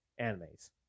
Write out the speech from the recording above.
animes